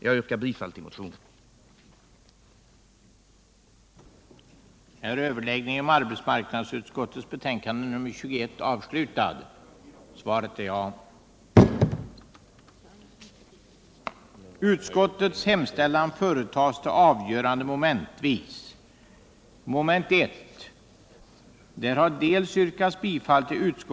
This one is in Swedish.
Jag yrkar bifall till motionen 485.